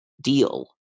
deal